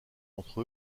entre